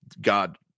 God